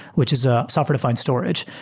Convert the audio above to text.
which is a software-defined storage.